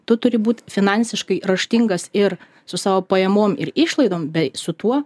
tu turi būt finansiškai raštingas ir su savo pajamom ir išlaidom bei su tuo